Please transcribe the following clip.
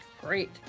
Great